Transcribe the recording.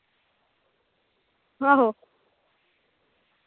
आहो